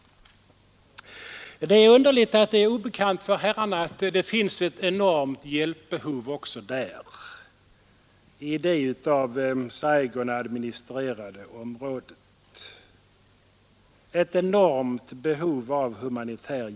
Det är underligt att det är obekant för herrarna att det finns ett enormt behov av humanitär hjälp också i det av Saigon administrerade området.